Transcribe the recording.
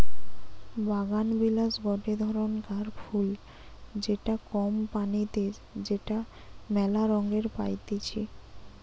বাগানবিলাস গটে ধরণকার ফুল যেটা কম পানিতে যেটা মেলা রঙে পাইতিছি